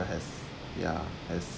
has ya has